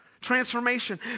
transformation